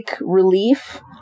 relief